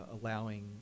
allowing